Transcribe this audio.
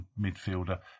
midfielder